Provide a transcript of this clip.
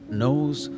knows